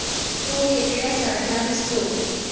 तो खेकड्या सारखा दिसतो